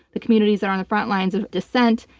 the communities that are on the front lines of dissent,